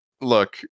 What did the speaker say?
look